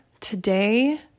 today